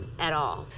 at all.